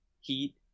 Heat